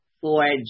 forge